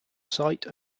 site